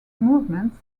movements